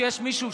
שיש מישהו,